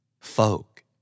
folk